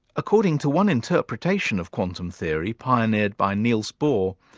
according to one interpretation of quantum theory pioneered by neils bohr,